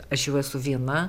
aš jau esu viena